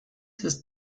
ist